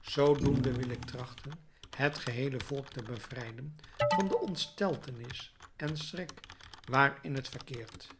zoodoende wil ik trachten het geheele volk te bevrijden van de ontsteltenis en schrik waarin het verkeert